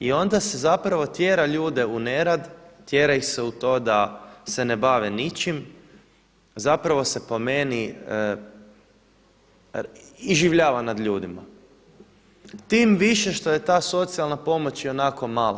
I onda se zapravo tjera ljude u nerad, tjera ih se u to da se ne bave ničim, a zapravo se po meni iživljava nad ljudima, tim više što je ta socijalna pomoć ionako mala.